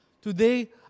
Today